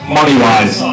Money-wise